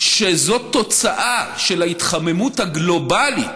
שזאת תוצאה של ההתחממות הגלובלית,